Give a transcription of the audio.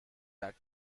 that